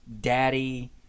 daddy